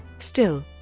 still,